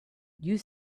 you